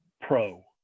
pro